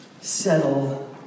settle